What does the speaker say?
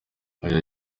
oya